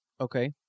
Okay